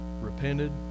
repented